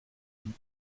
and